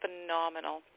phenomenal